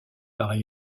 par